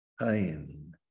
pain